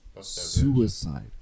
Suicide